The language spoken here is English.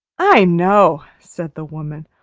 i know! said the woman.